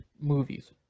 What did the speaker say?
movies